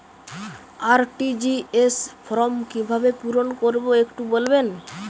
RTGS form কিভাবে পূরণ করবো একটু বলবেন?